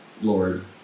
Lord